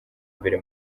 imbere